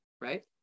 right